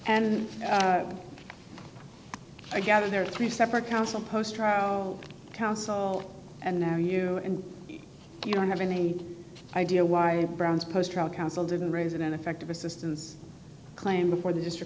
d i gather there are three separate counsel post trial counsel and now you and you don't have any idea why browns post trial counsel didn't raise an ineffective assistance claim before the district